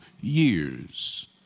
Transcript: years